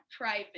private